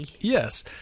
Yes